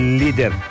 leader